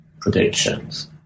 predictions